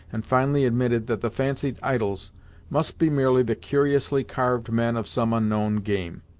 and finally admitted that the fancied idols must be merely the curiously carved men of some unknown game.